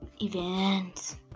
Events